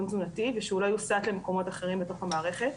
תזונתי ושהוא לא יוסת למקומות אחרים בתוך המערכת.